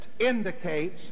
indicates